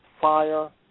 fire